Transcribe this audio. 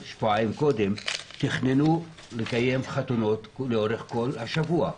שבועיים תכננו לקיים חתונות לאורך כל השבוע.